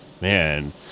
Man